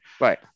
Right